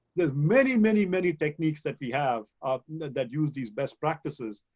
there's many, many, many techniques that we have that use these best practices.